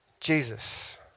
Jesus